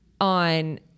on